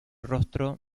rostro